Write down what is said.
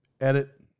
edit